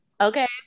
Okay